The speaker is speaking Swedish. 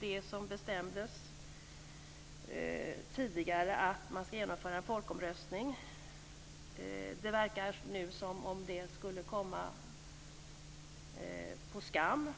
Det som bestämdes tidigare, att man ska genomföra en folkomröstning, verkar nu komma på skam.